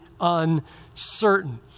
uncertain